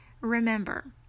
Remember